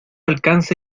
alcance